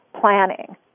planning